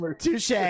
touche